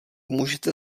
můžete